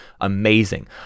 amazing